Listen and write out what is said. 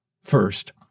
First